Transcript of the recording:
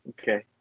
Okay